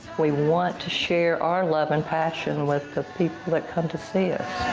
we want to share our love and passion with the people that come to see us.